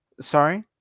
Sorry